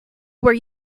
where